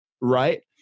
right